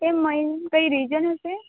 કેમ મેમ કઈ રિજન હશે